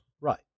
Right